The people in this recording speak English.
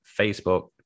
Facebook